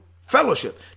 fellowship